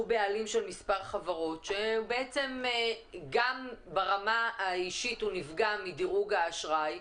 שהוא בעלים של מספר חברות שבעצם גם ברמה האישית הוא נפגע מדירוג האשראי,